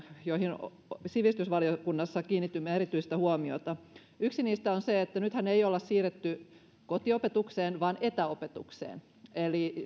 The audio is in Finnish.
joihin sivistysvaliokunnassa kiinnitimme erityistä huomiota yksi niistä on se että nythän ei olla siirrytty kotiopetukseen vaan etäopetukseen eli